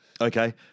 Okay